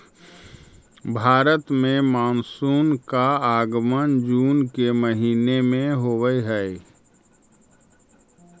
भारत में मानसून का आगमन जून के महीने में होव हई